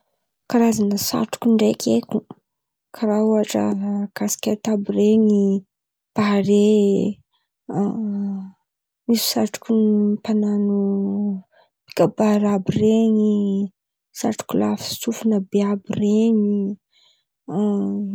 Karazan̈a satroko ndraiky haiko, karà ôhatra kasikety àby ren̈y, bare, misy satroko mpan̈ano kabary àby ren̈y, satroko lavy sofina àby àby ren̈y.